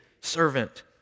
servant